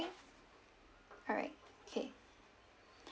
alright okay